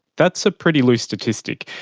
that's a pretty loose statistic,